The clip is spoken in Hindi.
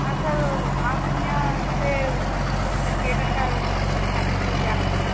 हाँ सर आपके यहाँ से किरकेटर का सिखाते हैं क्या उधर